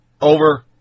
over